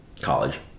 college